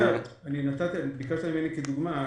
ביקשת ממני דוגמה.